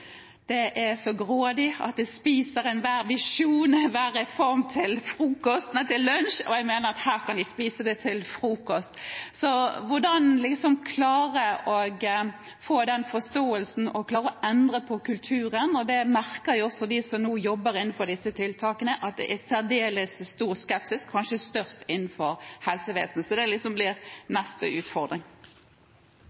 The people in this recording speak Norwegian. spiser enhver visjon, enhver reform, til lunsj. Jeg mener at her kan vi spise det til frokost. Så hvordan klare å få den forståelsen og klare å endre på kulturen? Det merker jo også de som nå jobber innenfor disse tiltakene, at det er særdeles stor skepsis, kanskje størst innenfor helsevesenet, så det blir neste utfordring.